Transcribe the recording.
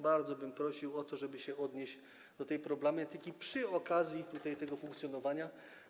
Bardzo bym prosił o to, żeby się odnieść do tej problematyki przy okazji tego funkcjonowania.